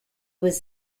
was